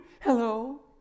Hello